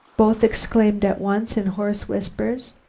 both exclaimed at once in hoarse whispers.